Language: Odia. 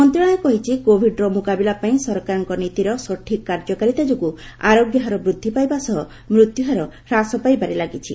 ମନ୍ତ୍ରଣାଳୟ କହିଛି କୋଭିଡର ମ୍ରକାବିଲା ପାଇଁ ସରକାରଙ୍କ ନୀତିର ସଠିକ୍ କାର୍ଯ୍ୟକାରୀତା ଯୋଗୁଁ ଆରୋଗ୍ୟହାର ବୃଦ୍ଧି ପାଇବା ସହ ମୃତ୍ୟୁହାର ହ୍ରାସ ପାଇବାରେ ଲାଗିଛି